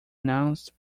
announced